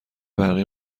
برقی